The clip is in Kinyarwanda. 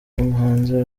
umuhanzi